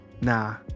nah